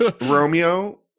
Romeo